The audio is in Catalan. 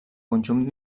conjunt